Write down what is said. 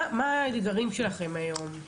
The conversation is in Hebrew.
מה האתגרים שלכם היום?